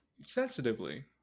sensitively